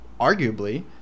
Arguably